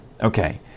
Okay